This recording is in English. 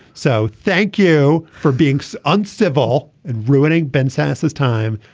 so thank you for being so uncivil and ruining ben sasse this time.